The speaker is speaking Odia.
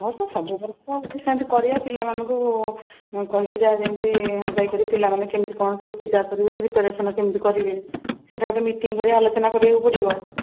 ହଁ ସେସବୁ ବର୍ଷ ହେଉଛି ସେମିତି କରିବା ପିଲାମାନଙ୍କୁ କହିକି ଯାହା ଯେମିତି ଆଦାୟ କରି ପିଲାମାନେ କେମିତି କ'ଣ ସବୁ ପୂଜା କରିବେ ପ୍ରିପ୍ୟାରେସନ୍ କେମିତି କରିବେ ସେଟା ଗୋଟେ ମିଟିଙ୍ଗ କରି ଆଲୋଚନା କରିବାକୁ ପଡ଼ିବ